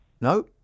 No